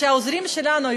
כשהעוזרים שלנו,